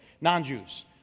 Non-Jews